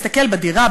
מסתכל בדירה,